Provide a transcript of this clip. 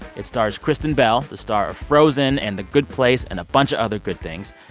it stars kristen bell, the star of frozen and the good place and a bunch of other good things.